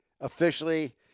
officially